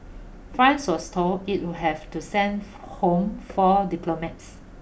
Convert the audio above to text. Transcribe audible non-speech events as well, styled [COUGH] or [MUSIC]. France was told it would have to send [UNINTELLIGIBLE] home four diplomats